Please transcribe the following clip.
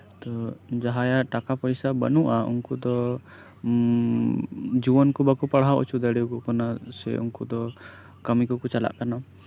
ᱛᱚ ᱡᱟᱦᱟᱸᱭᱟᱜ ᱴᱟᱠᱟ ᱯᱚᱭᱥᱟ ᱵᱟᱹᱱᱩᱜᱼᱟ ᱩᱱᱠᱩ ᱫᱚ ᱡᱩᱣᱟᱹᱱ ᱠᱚ ᱵᱟᱠᱚ ᱯᱟᱲᱦᱟᱣ ᱦᱚᱪᱚ ᱫᱟᱲᱮᱭᱟᱠᱚ ᱠᱟᱱᱟ ᱥᱮ ᱩᱱᱠᱩ ᱫᱚ ᱠᱟᱹᱢᱤ ᱠᱚᱠᱚ ᱪᱟᱞᱟᱜ ᱠᱟᱱᱟ